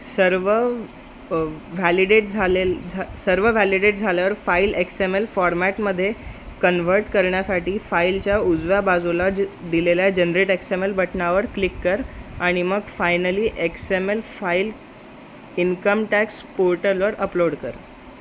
सर्व व्हॅलिडेट झालेलं झा सर्व व्हॅलिडेट झाल्यावर फाइल एक्स एम एल फॉर्मॅटमध्ये कन्व्हर्ट करण्यासाठी फाइलच्या उजव्या बाजूला ज दिलेल्या जनरेट एक्स एम एल बटनावर क्लिक कर आणि मग finally X M L file income tax पोर्टलवर अपलोड कर